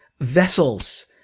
vessels